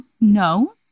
no